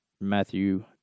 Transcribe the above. Matthew